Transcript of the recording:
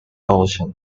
ocean